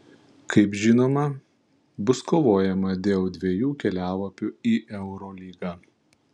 kaip žinoma bus kovojama dėl dviejų kelialapių į eurolygą